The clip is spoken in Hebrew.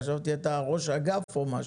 חשבתי שאתה ראש אגף או משהו.